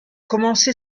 commencé